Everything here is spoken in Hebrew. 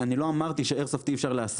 אני לא אמרתי שאיירסופט אי אפשר להסב,